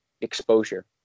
exposure